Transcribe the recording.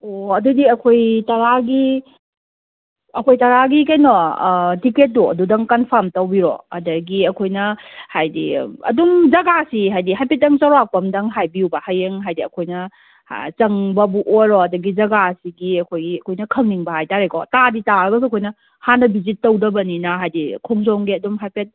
ꯑꯣ ꯑꯗꯨꯗꯤ ꯑꯩꯈꯣꯏ ꯇꯔꯥꯒꯤ ꯑꯩꯈꯣꯏ ꯇꯔꯥꯒꯤ ꯀꯩꯅꯣ ꯇꯤꯀꯦꯠꯇꯣ ꯑꯗꯨꯗꯪ ꯀꯟꯐꯥꯝ ꯇꯧꯕꯤꯔꯣ ꯑꯗꯒꯤ ꯑꯩꯈꯣꯏꯅ ꯍꯥꯏꯗꯤ ꯑꯗꯨꯝ ꯖꯒꯥꯁꯤ ꯍꯥꯏꯗꯤ ꯍꯥꯏꯐꯦꯠꯇꯪ ꯆꯥꯎꯔꯥꯛꯄ ꯑꯃꯇꯪ ꯍꯥꯏꯕꯤꯌꯨꯕ ꯍꯌꯦꯡ ꯍꯥꯏꯗꯤ ꯑꯩꯈꯣꯏꯅ ꯆꯪꯕꯕꯨ ꯑꯣꯏꯔꯣ ꯑꯗꯒꯤ ꯖꯒꯥꯁꯤꯒꯤ ꯑꯩꯈꯣꯏꯒꯤ ꯑꯩꯈꯣꯏꯅ ꯈꯪꯅꯤꯡꯕ ꯍꯥꯏꯇꯥꯔꯦꯀꯣ ꯇꯥꯗꯤ ꯇꯥꯔꯒ ꯑꯩꯈꯣꯏꯅ ꯍꯥꯟꯅ ꯕꯤꯖꯤꯠ ꯇꯧꯗꯕꯅꯤꯅ ꯍꯥꯏꯗꯤ ꯈꯣꯡꯖꯣꯝꯒꯤ ꯑꯗꯨꯝ ꯍꯥꯏꯐꯦꯠ